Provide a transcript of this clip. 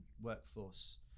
workforce